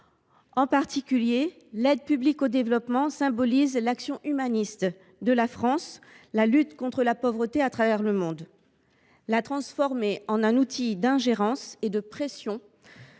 multilatéralisme. L’aide publique au développement (APD) symbolise l’action humaniste de la France, la lutte contre la pauvreté à travers le monde. Transformer celle ci en outil d’ingérence et de pression